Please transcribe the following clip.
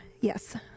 yes